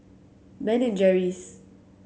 Ben and Jerry's